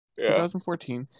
2014